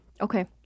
Okay